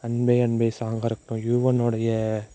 அன்பே அன்பே சாங்காக இருக்கட்டும் யுவன் உடைய